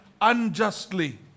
Unjustly